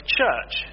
church